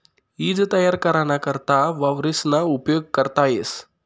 ईज तयार कराना करता वावरेसना उपेग करता येस